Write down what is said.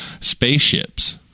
spaceships